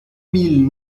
mille